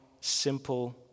simple